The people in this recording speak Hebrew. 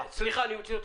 סליחה, אני מוציא אותך.